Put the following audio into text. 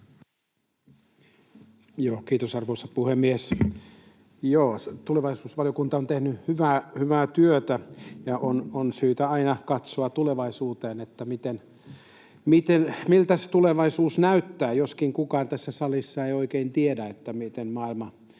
Kiitos, arvoisa puhemies! Joo, tulevaisuusvaliokunta on tehnyt hyvää työtä, ja on syytä aina katsoa tulevaisuuteen, miltä tulevaisuus näyttää — joskaan kukaan tässä salissa ei oikein tiedä, miltä maailma